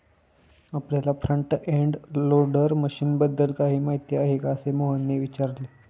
आपल्याला front end loader मशीनबद्दल काही माहिती आहे का, असे मोहनने विचारले?